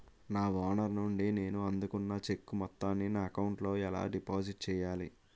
నా ఓనర్ నుండి నేను అందుకున్న చెక్కు మొత్తాన్ని నా అకౌంట్ లోఎలా డిపాజిట్ చేయాలి?